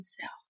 self